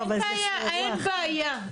לא, אבל --- אין בעיה,